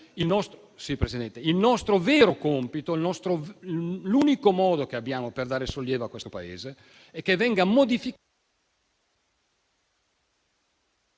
Il nostro vero compito, l'unico modo che abbiamo per dare sollievo al Paese è che venga modificato...